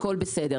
הכול בסדר.